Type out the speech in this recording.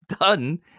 Done